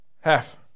Half